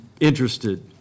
interested